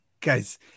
guys